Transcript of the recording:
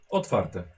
otwarte